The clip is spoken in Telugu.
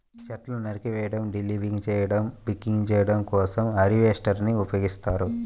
చెట్లను నరికివేయడం, డీలింబింగ్ చేయడం, బకింగ్ చేయడం కోసం హార్వెస్టర్ ని ఉపయోగిస్తారు